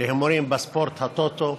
להימורים בספורט, הטוטו,